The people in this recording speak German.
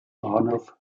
bahnhof